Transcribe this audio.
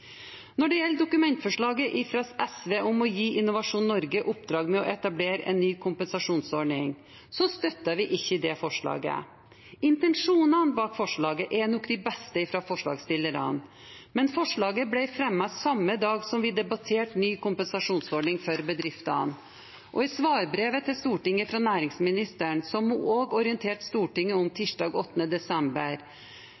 Når det gjelder Dokument 8-forslaget fra SV om å gi Innovasjon Norge oppdrag med å etablere en ny kompensasjonsordning, støtter vi ikke det forslaget. Intensjonene bak forslaget er nok de beste fra forslagsstillerne, men forslaget ble fremmet samme dag som vi debatterte ny kompensasjonsordning for bedriftene, og i svarbrevet til Stortinget fra næringsministeren, som hun også orienterte Stortinget om